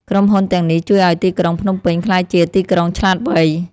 ក្រុមហ៊ុនទាំងនេះជួយឱ្យទីក្រុងភ្នំពេញ ក្លាយជាទីក្រុងឆ្លាតវៃ។